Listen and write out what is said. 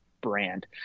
brand